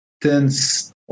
tens